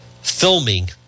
filming